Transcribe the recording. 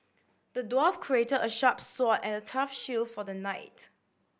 the dwarf created a sharp sword and a tough shield for the knight